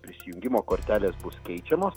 prisijungimo kortelės bus keičiamos